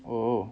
oh